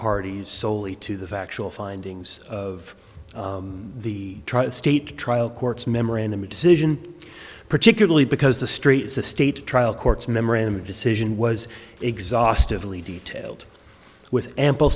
parties soley to the factual findings of the tri state trial court's memorandum a decision particularly because the streets the state trial courts memorandum of decision was exhaustively detailed with ample